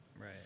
Right